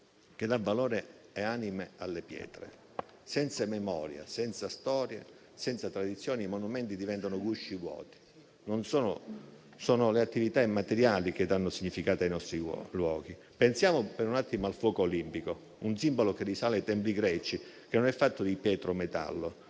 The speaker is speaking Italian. che dà valore e anima alle pietre. Senza memoria, senza storia, senza tradizioni, i monumenti diventano gusci vuoti. Sono le attività immateriali che danno significato ai nostri luoghi. Pensiamo per un attimo al fuoco olimpico, un simbolo che risale ai tempi greci, che è fatto non di pietra o metallo,